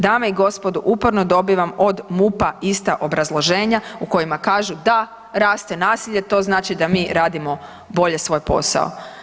Dame i gospodo, uporno dobivam od MUP-a ista obrazloženja u kojima kažu, da, raste nasilje, to znači da mi radimo bolje svoj posao.